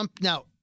Now